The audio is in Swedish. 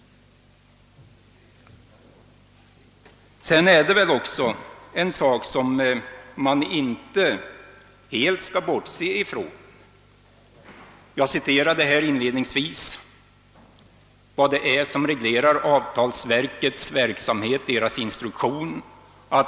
Man skall vidare inte helt bortse från den instruktion, som reglerar avtalsverkets verksamhet och som jag inledningsvis citerade.